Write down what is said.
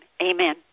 amen